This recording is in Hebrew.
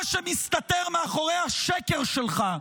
מה שמסתתר מאחורי השקר שלך,